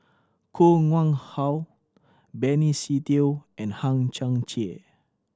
Koh Nguang How Benny Se Teo and Hang Chang Chieh